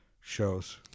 shows